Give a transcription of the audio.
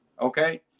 okay